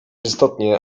istotnie